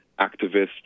activists